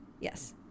yes